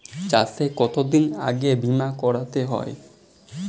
চাষে কতদিন আগে বিমা করাতে হয়?